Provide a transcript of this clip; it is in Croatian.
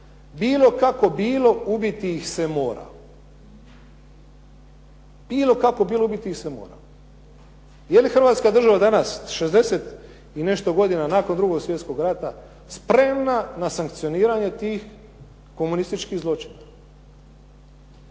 postoji u arhivima, "Bilo kako bilo, ubiti ih se mora." Je li Hrvatska država danas 60 i nešto godina nakon 2. svjetskog rata spremna na sankcioniranje tih komunističkih zločina?